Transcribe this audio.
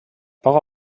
poc